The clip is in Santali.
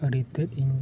ᱟᱹᱰᱤᱛᱮᱫ ᱤᱧ